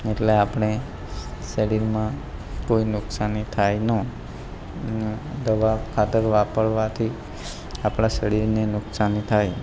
એટલે આપણે આપણે શરીરમાં કોઈ નુકશાની થાય ના અને દવા ખાતર વાપરવાથી આપણા શરીરની નુકશાની થાય